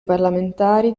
parlamentari